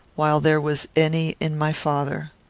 while there was any in my father.